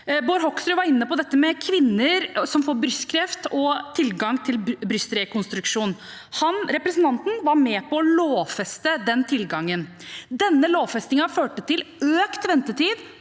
Bård Hoksrud var inne på det med kvinner som får brystkreft, og tilgang til brystrekonstruksjon. Representanten var med på å lovfeste den tilgangen. Denne lovfestingen førte til økt ventetid